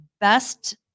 best